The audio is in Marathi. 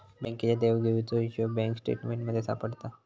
बँकेच्या देवघेवीचो हिशोब बँक स्टेटमेंटमध्ये सापडता